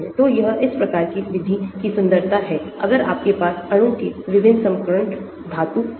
तो यह इस प्रकार की विधि की सुंदरता हैअगर आपके पास अणु में भी संक्रमण धातु है